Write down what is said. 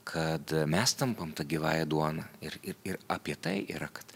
kad mes tampam tą gyvąją duoną ir ir ir apie tai yra kad